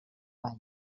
valls